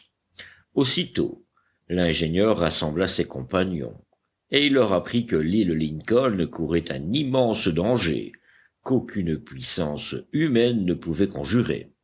aussitôt l'ingénieur rassembla ses compagnons et il leur apprit que l'île lincoln courait un immense danger qu'aucune puissance humaine ne pouvait conjurer